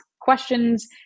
questions